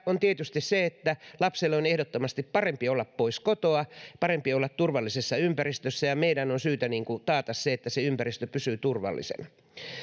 on tietysti niin että lapselle on ehdottomasti parempi olla pois kotoa parempi olla turvallisessa ympäristössä ja meidän on syytä taata se että se ympäristö pysyy turvallisena